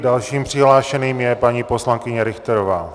Dalším přihlášeným je paní poslankyně Richterová.